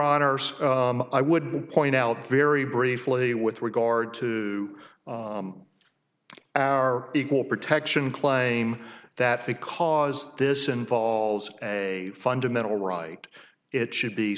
honor i would point out very briefly with regard to our equal protection claim that because this involves a fundamental right it should be